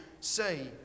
say